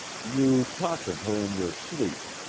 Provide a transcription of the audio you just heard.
you talked of her in your sleep,